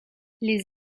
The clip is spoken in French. les